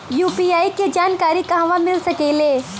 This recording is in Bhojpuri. यू.पी.आई के जानकारी कहवा मिल सकेले?